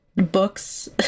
books